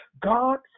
God